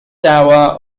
tower